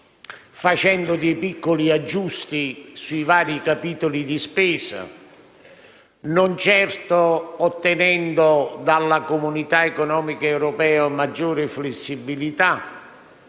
facendo piccoli aggiustamenti sui vari capitoli di spesa, non certo ottenendo dall'Unione europea maggiore flessibilità,